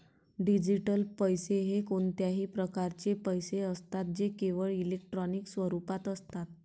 digital पैसे हे कोणत्याही प्रकारचे पैसे असतात जे केवळ इलेक्ट्रॉनिक स्वरूपात असतात